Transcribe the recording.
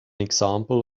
example